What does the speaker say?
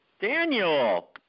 Daniel